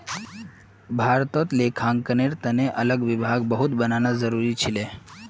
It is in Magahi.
भारतत लेखांकनेर अलग विभाग बहुत बनाना जरूरी छिले